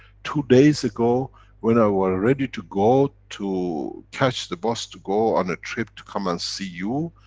two days ago when i were ready to go, to catch the bus to go, on a trip to come and see you,